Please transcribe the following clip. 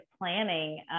planning